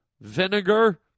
vinegar